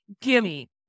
Gimme